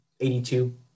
82